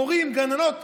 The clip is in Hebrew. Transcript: מורים, גננות,